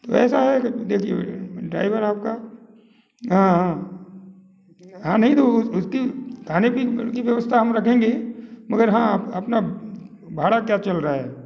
वैसा है कि देखिए ड्राइवर आपका हाँ हाँ हाँ नहीं तो उसकी खाने पीने की व्यवस्था हम रखेंगे ही मगर हाँ अपना भाड़ा क्या चल रहा है